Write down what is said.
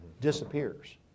disappears